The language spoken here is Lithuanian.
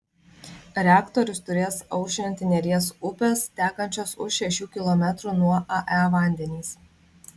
reaktorius turės aušinti neries upės tekančios už šešių kilometrų nuo ae vandenys